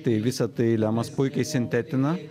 tai visa tai lemas puikiai sintetina